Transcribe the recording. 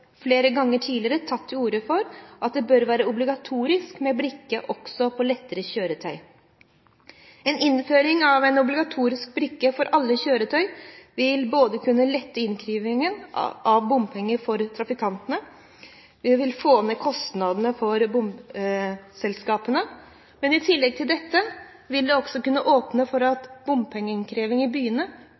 flere ganger tidligere tatt til orde for at det bør være obligatorisk med brikke også på lettere kjøretøy. En innføring av en obligatorisk brikke for alle kjøretøy vil både kunne lette innkrevingen av bompenger fra trafikantene og få ned kostnadene for bompengeselskapene. Men i tillegg til dette vil det også kunne åpnes for at bompengeinnkrevingen i byene